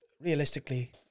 realistically